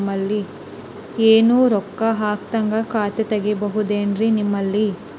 ಏನು ರೊಕ್ಕ ಹಾಕದ್ಹಂಗ ಖಾತೆ ತೆಗೇಬಹುದೇನ್ರಿ ನಿಮ್ಮಲ್ಲಿ?